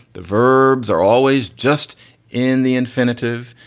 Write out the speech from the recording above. the verbs are always just in the infinitive.